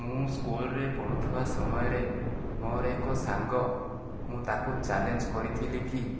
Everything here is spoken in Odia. ମୁଁ ସ୍କୁଲରେ ପଢ଼ୁଥିବା ସମୟରେ ମୋର ଏକ ସାଙ୍ଗ ମୁଁ ତାକୁ ଚ୍ୟାଲେଞ୍ଜ କରିଥିଲି କି